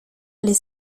les